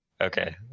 Okay